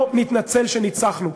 לא נתנצל שניצחנו.